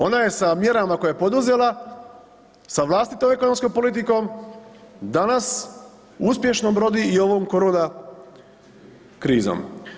Ona je sa mjerama koje je poduzela sa vlastitom ekonomskom politikom danas uspješno brodi i ovom korona krizom.